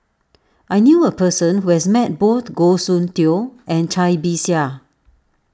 I knew a person who has met both Goh Soon Tioe and Cai Bixia